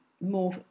more